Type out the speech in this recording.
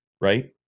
right